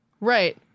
right